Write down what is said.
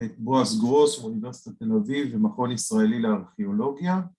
‫את בועז גרוס מאוניברסיטת תל אביב ‫ומכון ישראלי לארכיאולוגיה.